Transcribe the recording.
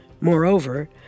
Moreover